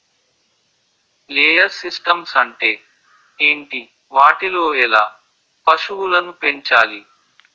Layer systems అంటే ఏంటి? వాటిలో ఎలా పశువులను పెంచాలి?